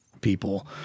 people